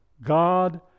God